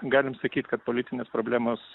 galim sakyt kad politinės problemos